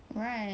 right